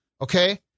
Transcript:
Okay